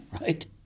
right